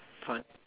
what